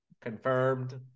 confirmed